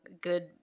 good